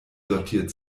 sortiert